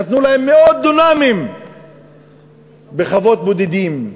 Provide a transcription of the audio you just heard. ונתנו להם מאות דונמים בחוות בודדים,